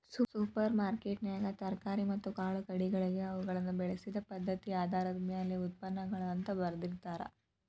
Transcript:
super ಮಾರ್ಕೆಟ್ನ್ಯಾಗ ತರಕಾರಿ ಮತ್ತ ಕಾಳುಕಡಿಗಳಿಗೆ ಅವುಗಳನ್ನ ಬೆಳಿಸಿದ ಪದ್ಧತಿಆಧಾರದ ಮ್ಯಾಲೆ ಉತ್ಪನ್ನಗಳು ಅಂತ ಬರ್ದಿರ್ತಾರ